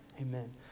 Amen